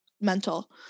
mental